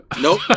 Nope